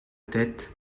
tête